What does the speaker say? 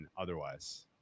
otherwise